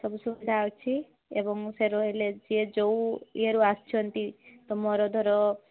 ସବୁ ସୁବିଧା ଅଛି ଏବଂ ସେ ରହିଲେ ଯିଏ ଯେଉଁ ଇଏରୁ ଆସିଛନ୍ତି ତ ମୋର ଧର